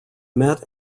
met